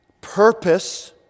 purpose